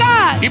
God